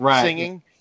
singing